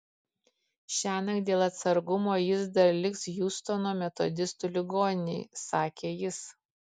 šiąnakt dėl atsargumo jis dar liks hjustono metodistų ligoninėje sakė jis